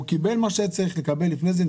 הוא קיבל מה שהיה צריך לקבל לפני זה,